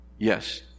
Yes